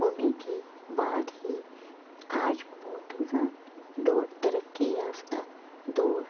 ہونے کے بعد ہی آج موجودہ دور ترقی یافتہ دور